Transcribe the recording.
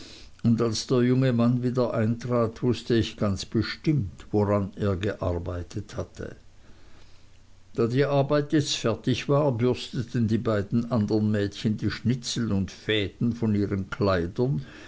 und als der junge mann wieder eintrat wußte ich ganz bestimmt woran er gearbeitet hatte da die arbeit jetzt fertig war bürsteten die beiden andern mädchen die schnitzel und fäden von ihren kleidern